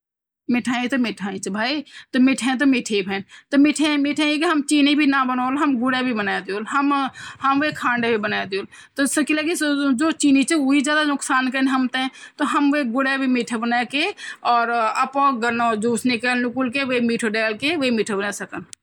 मिं अपरा fast food का रेस्टोरेन्ट माँ पकौंदू -सैंडविच, पिज्जा, फ्राइड चिकन, माछा चिप्स, टाकोज़, बर्गर, कोदा मोमो, कोदा डोसा, आदि।